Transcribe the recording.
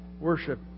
worship